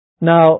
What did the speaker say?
Now